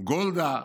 גולדה,